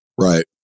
Right